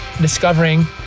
discovering